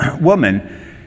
woman